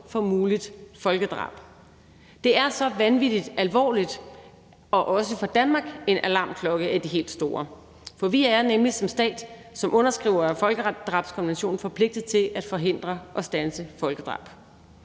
for muligt folkedrab. Det er så vanvittig alvorligt og også for Danmark en alarmklokke af de helt store. For vi er nemlig som stat som underskrivere folkedrabskonventionen forpligtet til at forhindre og standse folkedrab.